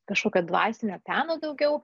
kažkokio dvasinio peno daugiau